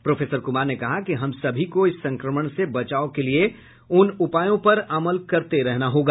professor Kumar ने कहा कि हम सभी को इस संक्रमण से बचाव के लिए उन उपायों पर अमल करते रहना होगा